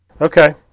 Okay